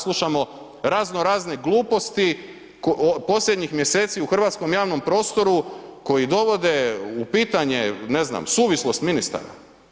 Slušamo raznorazne gluposti posljednjih mjeseci u hrvatskom javnom prostoru koji dovode u pitanje ne znam, suvislost ministara.